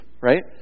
right